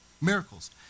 miracles